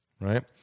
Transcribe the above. right